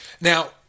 Now